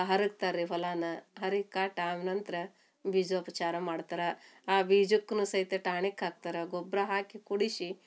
ಹರಗ್ತಾರೆ ರೀ ಹೊಲನ ಹರಗ್ ಕಟಾವು ನಂತರ ಬೀಜೋಪಚಾರ ಮಾಡ್ತಾರೆ ಆ ಬೀಜಕ್ಕು ಸಹಿತ ಟಾನಿಕ್ ಹಾಕ್ತಾರೆ ಗೊಬ್ಬರ ಹಾಕಿ ಕುಡಿಸಿ